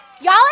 Y'all